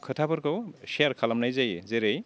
खोथाफोरखौ सेयार खालामनाय जायो जेरै